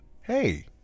hey